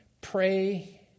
pray